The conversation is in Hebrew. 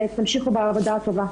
תמשיכו בעבודה הטובה.